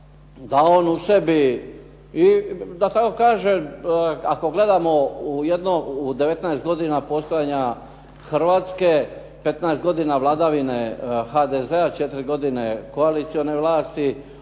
da on u sebi da tako kažem ako gledamo u 19 godina postojanja Hrvatske 15 godina vladavine HDZ-a, četiri godine koalicione vlasti